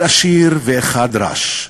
אחד עשיר ואחד רש.